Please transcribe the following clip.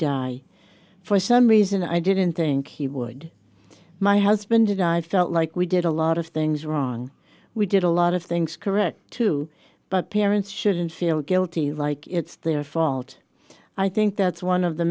die for some reason i didn't think he would my husband and i felt like we did a lot of things wrong we did a lot of things correct too but parents shouldn't feel guilty like it's their fault i think that's one of the